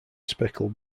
speckled